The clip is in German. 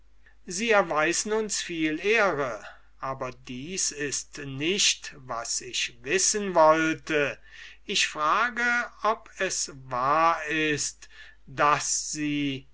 sie erweisen uns viele ehre aber dies ist nicht was ich wissen wollte ich frage ob es wahr ist daß sie